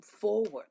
forward